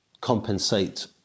compensate